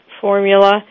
formula